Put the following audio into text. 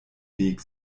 weg